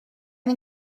این